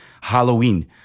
Halloween